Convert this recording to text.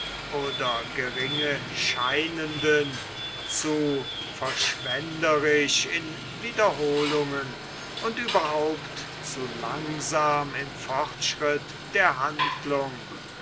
oder geringe scheinenden zu verschwenderisch in wiederholungen und überhaupt zu langsam im fortschritt der handlung